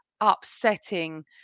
upsetting